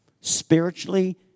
Spiritually